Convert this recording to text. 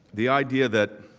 the idea that